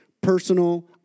personal